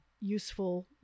useful